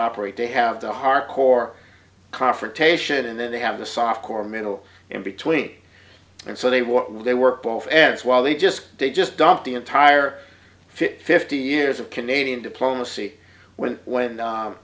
operate they have the hardcore confrontation and then they have the soft core middle in between and so they what were they were both as well they just they just dumped the entire fifty years of canadian diplomacy went when